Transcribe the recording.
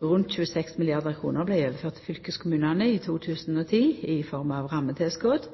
Rundt 26 milliardar kr vart overførte til fylkeskommunane i 2010 i form av rammetilskot.